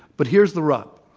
but here is the rub.